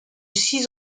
six